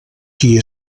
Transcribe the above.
qui